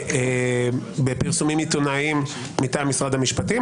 בפרסומים עיתונאיים מטעם משרד המשפטים.